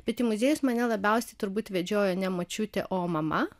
bet į muziejus mane labiausiai turbūt vedžioja ne močiutė o mama